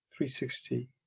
360